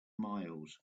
miles